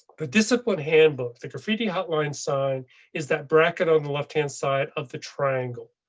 the discipline handbook, the graffiti hotline sign is that bracket on the left hand side of the triangle.